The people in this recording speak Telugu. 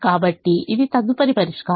కాబట్టి ఇది తదుపరి పరిష్కారం